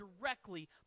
directly